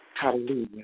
hallelujah